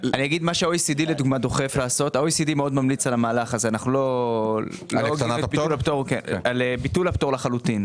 ה-OECD מאוד ממליץ על ביטול הפטור לחלוטין.